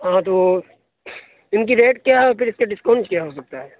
اور وہ ان کی ریٹ کیا ہے اور پھر اس پہ ڈسکاؤنٹ کیا ہو سکتا ہے